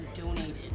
donated